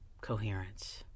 Coherence